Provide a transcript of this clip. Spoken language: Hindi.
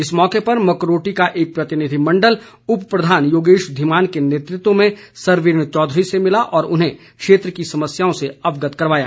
इस मौके मकरोटी का एक प्रतिनिधि मण्डल उप प्रधान योगेश धीमान के नेतृत्व में सरवीण चौधरी से मिला और उन्हें क्षेत्र की समस्याओं से अवगत कराया